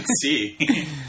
see